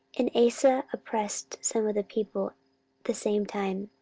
and asa oppressed some of the people the same time.